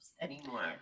anymore